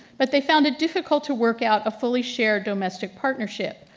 but they found it difficult to work out a fully share domestic partnership.